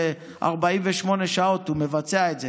ב-48 שעות הוא מבצע את זה,